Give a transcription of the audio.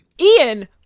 Ian